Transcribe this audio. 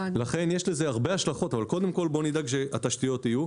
לכן יש לזה הרבה השלכות אבל קודם כל בואו נדאג שהתשתיות יהיו.